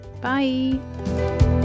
Bye